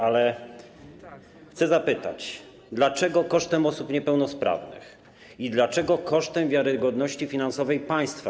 Ale chcę zapytać, dlaczego kosztem osób niepełnosprawnych i dlaczego kosztem wiarygodności finansowej państwa.